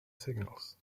signals